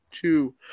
Two